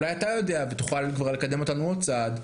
אולי אתה יודע ותוכל כבר לקדם אותנו עוד צעד?